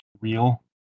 real